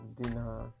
dinner